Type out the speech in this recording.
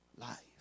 life